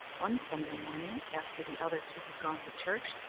one sunday morning, after the other two had gone to church,